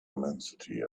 immensity